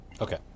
Okay